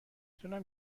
تونم